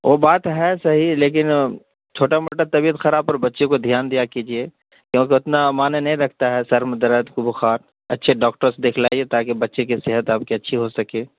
وہ بات ہے صحیح لیکن چھوٹا موٹا طبیعت خراب پر بچے کو دھیان دیا کیجیے کیونکہ اتنا معنی نہیں رکھتا ہے سر میں درد کو بخار اچھے ڈاکٹرس دکھلائیے تاکہ بچے کی صحت آپ کی اچھی ہو سکے